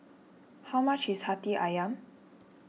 how much is Hati Ayam